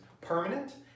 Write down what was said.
permanent